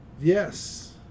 Yes